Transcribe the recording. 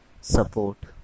support